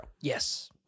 Yes